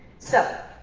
so,